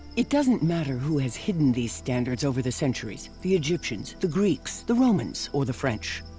it doesn't matter who has hidden these standards over the centuries the egyptians, the greeks, the romans or the french.